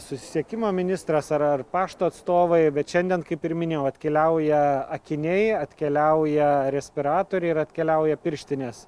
susisiekimo ministras ar ar pašto atstovai bet šiandien kaip ir minėjau atkeliauja akiniai atkeliauja respiratoriai ir atkeliauja pirštinės